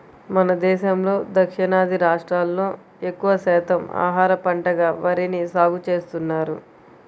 మన దేశంలో దక్షిణాది రాష్ట్రాల్లో ఎక్కువ శాతం ఆహార పంటగా వరిని సాగుచేస్తున్నారు